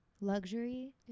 luxury